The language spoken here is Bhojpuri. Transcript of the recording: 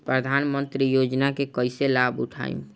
प्रधानमंत्री योजना के कईसे लाभ उठाईम?